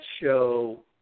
show